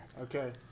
Okay